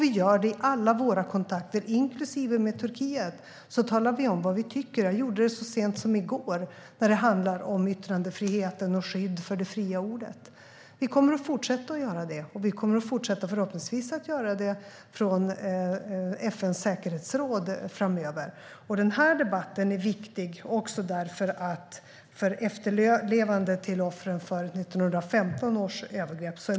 I alla våra kontakter, inklusive med Turkiet, talar vi om vad vi tycker - jag gjorde det så sent som i går - när det handlar om yttrandefriheten och skyddet för det fria ordet. Vi kommer att fortsätta att göra det, och vi kommer förhoppningsvis att fortsätta göra det från FN:s säkerhetsråd framöver. Den här debatten är viktig också för efterlevande till offren för 1915 års övergrepp.